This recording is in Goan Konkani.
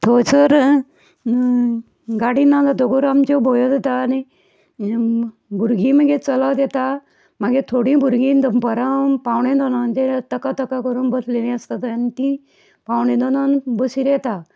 थंयसर गाडी ना जातकूर आमच्यो भयो जातात आनी भुरगीं मागी चलत येता मागी थोडीं भुरगीं दनपारां पावणे दोनांचेर तकतक करून बसलेलीं आसता थंय आनी तीं पावणे दोनांक बसीर येता